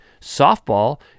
Softball